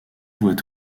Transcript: voit